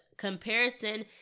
Comparison